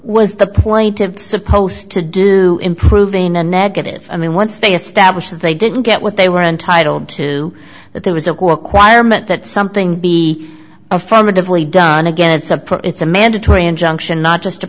of supposed to do in proving a negative i mean once they established that they didn't get what they were entitled to that there was a core quire meant that something be affirmatively done again it's a it's a mandatory injunction not just